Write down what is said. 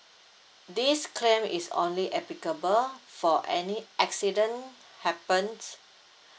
this clam is only applicable for any accident happens